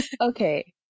Okay